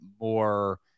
more